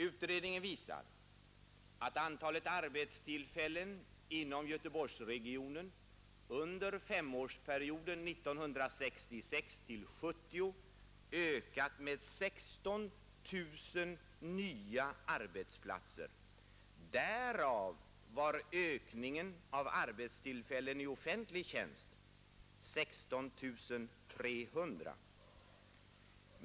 Utredningen visar att antalet arbetstillfällen inom Göteborgsregionen under femårsperioden 1966—1970 ökat med 16 000 nya arbetsplatser. Därav var ökningen av arbetstillfällen i offentlig tjänst 16 300.